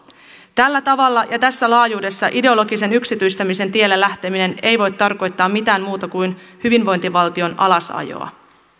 tällä tavalla ja tässä laajuudessa ideologisen yksityistämisen tielle lähteminen ei voi tarkoittaa mitään muuta kuin hyvinvointivaltion alasajoa